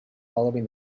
following